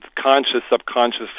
conscious-subconscious